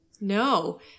no